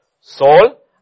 soul